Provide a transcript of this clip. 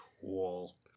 Cool